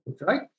right